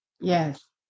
Yes